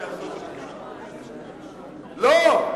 לא,